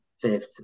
fifth